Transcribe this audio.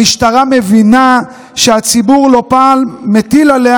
המשטרה מבינה שהציבור לא פעם מטיל עליה